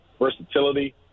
versatility